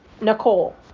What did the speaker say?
Nicole